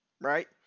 right